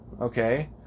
Okay